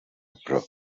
pro